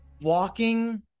walking